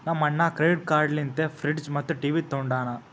ನಮ್ ಅಣ್ಣಾ credit card ಲಿಂತೆ ಫ್ರಿಡ್ಜ್ ಮತ್ತ ಟಿವಿ ತೊಂಡಾನ